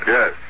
Yes